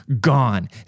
gone